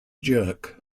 jerk